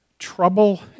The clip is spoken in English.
Trouble